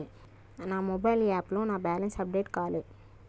నా మొబైల్ యాప్లో నా బ్యాలెన్స్ అప్డేట్ కాలే